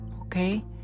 Okay